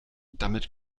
damit